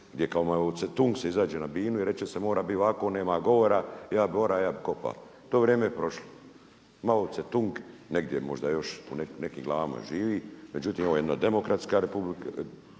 gdje kao Mao Ce-tung se izađe na binu i reče se mora bit ovako, nema govora, ja bi ora, ja bi kopa. To vrijeme je prošlo. Mao Ce-tung negdje možda još u nekim glavama živi. Međutim, ovo je jedna demokratska republika